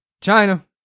China